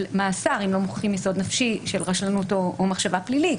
מאסר אם לא מוכיחים יסוד נפשי של רשלנות או מחשבה פלילית.